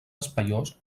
espaiós